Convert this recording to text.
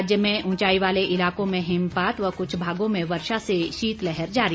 राज्य में ऊंचाई वाले इलाकों में हिमपात व कुछ भागों में वर्षा से शीतलहर जारी